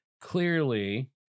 clearly